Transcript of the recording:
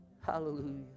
hallelujah